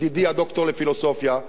ידידי הדוקטור לפילוסופיה,